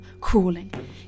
crawling